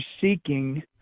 seeking